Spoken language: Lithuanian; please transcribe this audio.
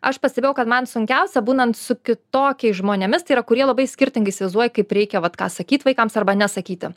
aš pastebėjau kad man sunkiausia būnant su kitokiais žmonėmis tai yra kurie labai skirtingai įsivaizduoja kaip reikia vat ką sakyt vaikams arba nesakyti